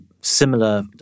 similar